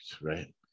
right